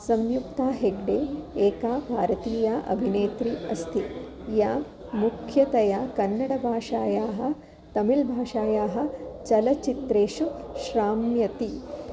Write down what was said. सम्युक्ता हेग्डे एका भारतीया अभिनेत्री अस्ति या मुख्यतया कन्नडभाषायाः तमिल्भाषायाः चलच्चित्रेषु श्राम्यति